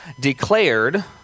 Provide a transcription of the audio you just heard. declared